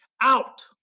out